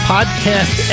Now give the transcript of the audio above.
Podcast